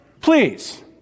please